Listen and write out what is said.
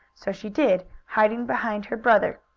so she did, hiding behind her brother.